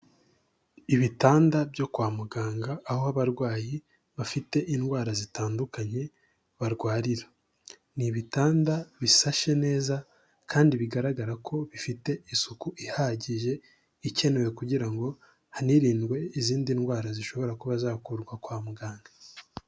Ibitanda byo kwa muganga, aho abarwayi bafite indwara zitandukanye barwarira. Ni ibitanda bisashe neza kandi bigaragara ko bifite isuku ihagije ikenewe kugira ngo hanirindwe izindi ndwara zishobora kuba zakurwa kwa muganga.